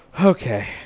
Okay